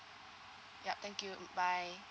yup thank you goodbye